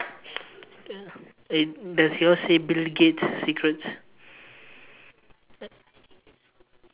eh does yours say bill-gates secrets